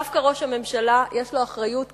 דווקא ראש הממשלה, יש לו אחריות כאן,